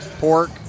pork